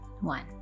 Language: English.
one